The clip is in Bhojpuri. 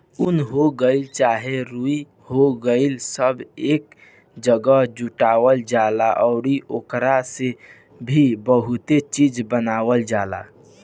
उन हो गइल चाहे रुई हो गइल सब एक जागह जुटावल जाला अउरी ओकरा से फिर बहुते चीज़ बनावल जाला